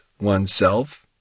oneself